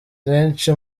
benshi